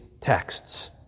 texts